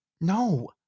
No